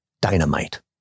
Dynamite